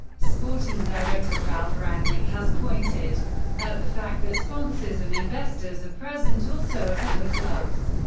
sporting director ralf rangnick has pointed at the fact that sponsors and investors are present also at other clubs.